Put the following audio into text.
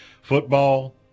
Football